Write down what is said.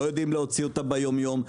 לא יודעים להוציא אותם ביום יום,